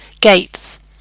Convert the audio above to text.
Gates